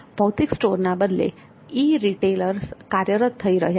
ભૌતિક સ્ટોર્સ ના બદલે ઈ રિટેલર કાર્યરત થઇ રહ્યા છે